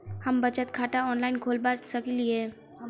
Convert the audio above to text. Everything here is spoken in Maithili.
हम बचत खाता ऑनलाइन खोलबा सकलिये?